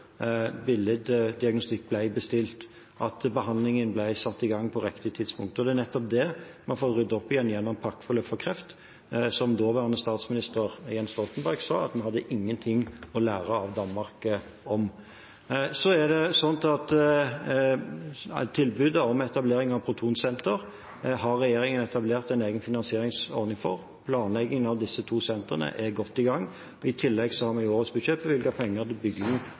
billeddiagnostikk ble bestilt, og at behandlingen ble satt i gang på riktig tidspunkt. Det er nettopp det vi har fått ryddet opp i gjennom pakkeforløp for kreft, som daværende statsminister, Jens Stoltenberg, sa at vi hadde ingenting å lære av Danmark om. Tilbudet om etablering av protonsentre har regjeringen etablert en egen finansieringsordning for. Planlegging av de to sentrene er godt i gang. I tillegg har vi i årets budsjett bevilget penger til